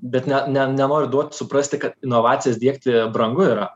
bet ne ne nenoriu duoti suprasti kad inovacijas diegti brangu yra